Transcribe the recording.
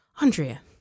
Andrea